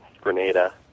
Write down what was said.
Grenada